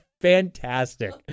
fantastic